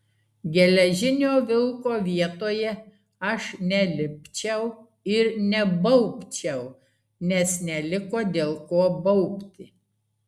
geležinio vilko vietoje aš nelipčiau ir nebaubčiau nes neliko dėl ko baubti